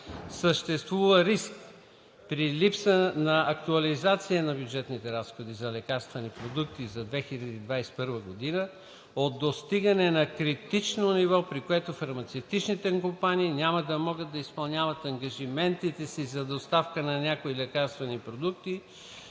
Съществува риск при липса на актуализация на бюджетните разходи за лекарствени продукти за 2021 г. от достигане на критично ниво, при което фармацевтичните компании няма да могат да изпълняват ангажиментите си за доставка на някои лекарствени продукти,